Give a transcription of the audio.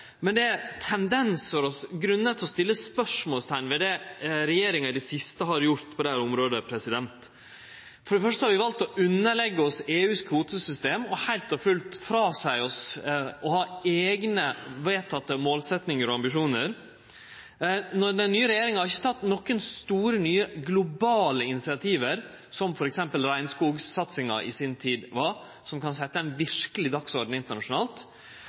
siste har gjort på dette området. For det første har vi valt å underleggje oss EUs kvotesystem og heilt og fullt å seie frå oss å ha eigne vedtekne målsettingar og ambisjonar. Den nye regjeringa har ikkje teke nokon store nye globale initiativ, som f.eks. regnskogsatsinga i si tid var, som kan setje ein verkeleg dagsorden internasjonalt.